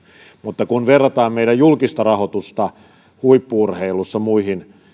mutta kun verrataan meidän julkista rahoitusta huippu urheilussa muihin